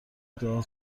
دعا